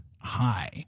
high